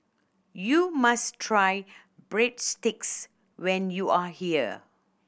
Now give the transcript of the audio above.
you must try Breadsticks when you are here